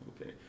okay